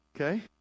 Okay